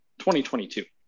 2022